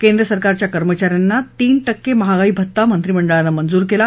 केंद्रसरकारच्या कर्मचा यांना तीन टक्के महागाई भत्ता मंत्रिमंडळानं मंजूर केला